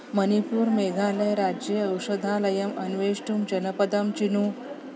मणिपूर् मेघालयराज्य औषधालयम् अन्वेष्टुं जनपदं चिनु